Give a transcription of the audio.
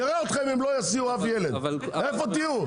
נראה אתכם אם לא יסיעו אף ילד, איפה תהיו?